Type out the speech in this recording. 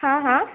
हां हां